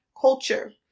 culture